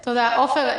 תודה, עפר.